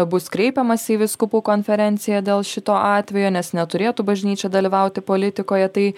bus kreipiamasi į vyskupų konferenciją dėl šito atvejo nes neturėtų bažnyčia dalyvauti politikoje tai